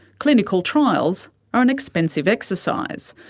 clinical trials are an expensive exercise.